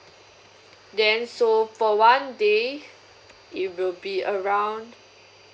then so for one day it will be around